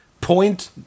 point